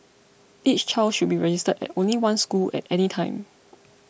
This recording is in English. each child should be registered at only one school at any time